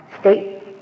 state